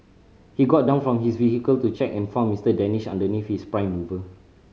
he got down from his vehicle to check and found Mister Danish underneath his prime mover